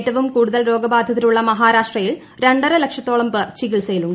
ഏറ്റവും കൂടുതൽ രോഗബാധിതർ ഉള്ള മഹാരാഷ്ട്രയിൽ രണ്ടര ലക്ഷത്തോളം പേർ ചികിത്സയിലുണ്ട്